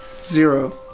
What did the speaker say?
Zero